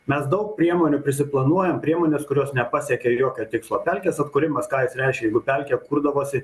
mes daug priemonių prisiplanuojam priemonės kurios nepasiekia jokio tikslo pelkės atkūrimas ką jis reiškia jeigu pelkė kurdavosi